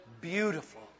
Beautiful